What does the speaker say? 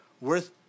worth